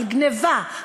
על גנבה,